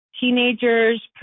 teenagers